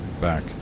back